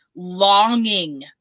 longing